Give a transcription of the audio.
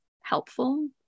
helpful